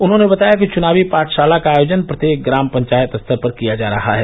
उन्होंने बताया कि चुनावी पाठशाला का आयोजन प्रत्येक ग्राम पंचायत स्तर पर किया जा रहा है